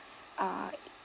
uh